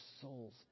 soul's